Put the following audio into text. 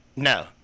No